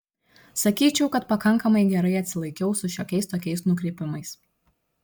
sakyčiau kad pakankamai gerai atsilaikiau su šiokiais tokiais nukrypimais